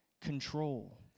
control